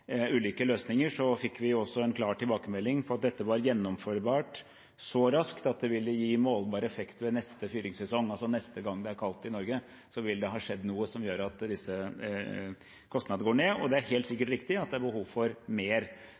ulike løsninger, fikk vi også en klar tilbakemelding om at dette var gjennomførbart så raskt at det ville gi målbar effekt ved neste fyringssesong. Neste gang det er kaldt i Norge, vil det altså ha skjedd noe som gjør at disse kostnadene går ned, og det er helt sikkert riktig at det er behov for mer.